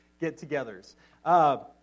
get-togethers